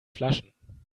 flaschen